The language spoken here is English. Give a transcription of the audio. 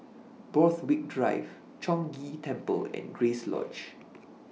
Borthwick Drive Chong Ghee Temple and Grace Lodge